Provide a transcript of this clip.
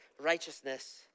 righteousness